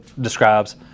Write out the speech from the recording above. describes